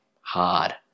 hard